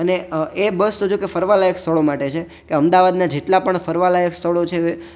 અને એ બસ તો ફરવાલાયક સ્થળો માટે છે કે અમદાવાદના જેટલાં પણ ફરવાલાયક સ્થળો છે